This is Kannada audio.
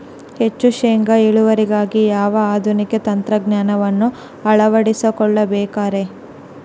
ಹೆಚ್ಚು ಶೇಂಗಾ ಇಳುವರಿಗಾಗಿ ಯಾವ ಆಧುನಿಕ ತಂತ್ರಜ್ಞಾನವನ್ನ ಅಳವಡಿಸಿಕೊಳ್ಳಬೇಕರೇ?